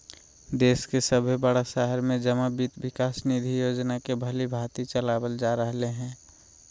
देश के सभे बड़ा शहर में जमा वित्त विकास निधि योजना के भलीभांति चलाबल जा रहले हें